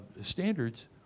standards